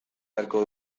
beharko